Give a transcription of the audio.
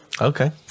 Okay